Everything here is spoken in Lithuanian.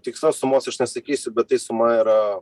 tikslios sumos aš nesakysiu bet tai suma yra